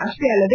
ಅಷ್ಷೇ ಅಲ್ಲದೆ